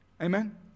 Amen